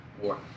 war